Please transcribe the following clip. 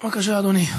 בבקשה, אדוני.